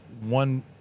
one